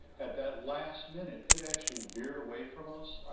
at that last minute, it actually veered away from us. right.